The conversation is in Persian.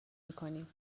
میکنیم